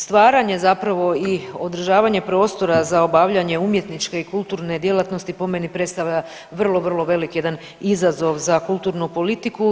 Stvaranje zapravo i održavanje prostora za obavljanje umjetničke i kulturne djelatnosti po meni predstavlja vrlo, vrlo velik jedan izazov za kulturnu politiku.